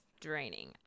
draining